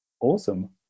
Awesome